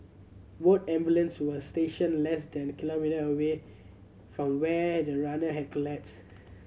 both ambulance were stationed less than kilometre away from where the runner had collapsed